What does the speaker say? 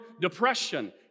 depression